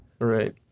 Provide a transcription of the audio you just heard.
Right